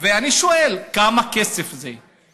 ואני שואל, כמה כסף זה?